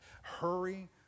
Hurry